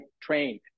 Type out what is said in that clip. trained